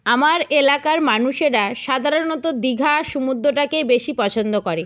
আমার এলাকার মানুষেরা সাধারণত দীঘা সমুদ্রটাকেই বেশি পছন্দ করে